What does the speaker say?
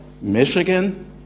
Michigan